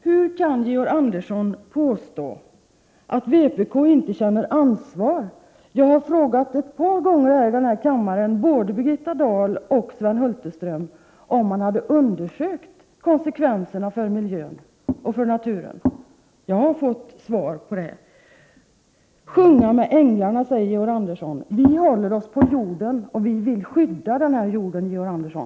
Hur kan Georg Andersson påstå att vpk inte känner ansvar? Jag har här i kammaren ett par gånger frågat både Birgitta Dahl och Sven Hulterström om man hade undersökt konsekvenserna för miljön och för naturen. Jag har fått svar på det. Georg Andersson talar om att ”sjunga med änglarna”. Vi håller oss på jorden, och vi vill skydda den, Georg Andersson.